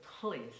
please